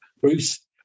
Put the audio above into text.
Bruce